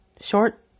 Short